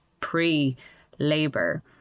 pre-labor